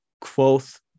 Quoth